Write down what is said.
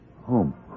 Home